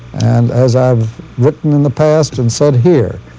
and as i've written in the past and said here,